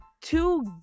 two